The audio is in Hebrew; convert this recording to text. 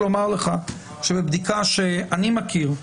מבדיקה שאני מכיר,